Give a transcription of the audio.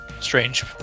Strange